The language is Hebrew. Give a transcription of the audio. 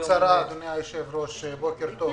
בקצרה, אדוני היושב-ראש, בוקר טוב.